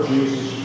Jesus